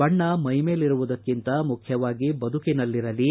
ಬಣ್ಣ ಮೈಮೇಲಿರುವುದಕ್ಕಿಂತ ಮುಖ್ಯವಾಗಿ ಬದುಕಿನಲ್ಲಿರಲಿ